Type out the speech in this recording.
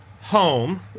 home